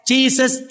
Jesus